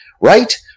Right